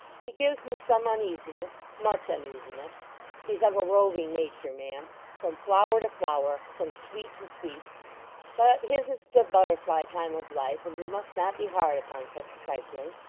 he gives me some uneasiness much uneasiness he's of a roving nature, ma'am from flower to flower from sweet to sweet but his is the butterfly time of life, and we must not be hard upon such trifling